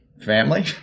family